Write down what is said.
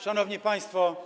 Szanowni Państwo!